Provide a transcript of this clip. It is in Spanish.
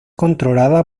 controlada